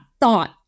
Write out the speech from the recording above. thought